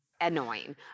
annoying